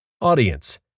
Audience